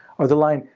or the line,